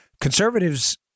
Conservatives